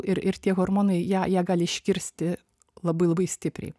ir ir tie hormonai ją ją gali iškirsti labai labai stipriai